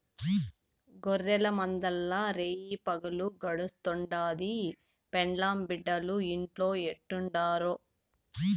గొర్రెల మందల్ల రేయిపగులు గడుస్తుండాది, పెండ్లాం బిడ్డలు ఇంట్లో ఎట్టుండారో